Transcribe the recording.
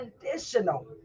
conditional